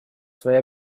свои